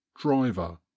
driver